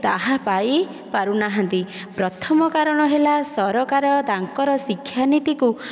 ତାହା ପାଇ ପାରୁନାହାନ୍ତି ପ୍ରଥମ କାରଣ ହେଲା ସରକାର ତାଙ୍କର ଶିକ୍ଷା ନୀତିକୁ